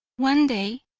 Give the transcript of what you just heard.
one day,